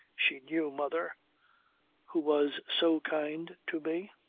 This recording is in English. she knew mother who was so kind to me.